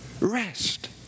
rest